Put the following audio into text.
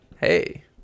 hey